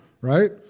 right